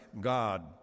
God